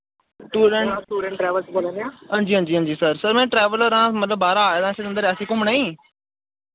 student हांजी हांजी हांजी सर सर मैं ट्रैवलर आं मतलब बाह्रा आए दा रियासी घुम्मने ई